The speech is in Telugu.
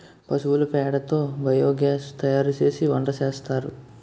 పశువుల పేడ తో బియోగాస్ తయారుసేసి వంటసేస్తారు